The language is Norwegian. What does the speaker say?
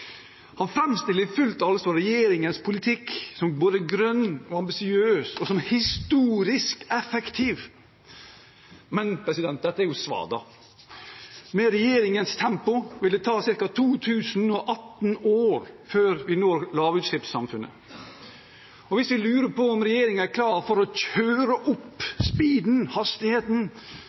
Han framstiller i fullt alvor regjeringens politikk som både grønn og ambisiøs og som historisk effektiv. Men dette er jo svada. Med regjeringens tempo vil det ta ca. 2 018 år før vi når lavutslippssamfunnet. Hvis vi lurer på om regjeringen er klar for å kjøre opp speeden – hastigheten